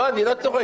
לא, אני לא צוחק.